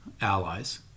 allies